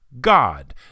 God